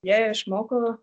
jei išmoko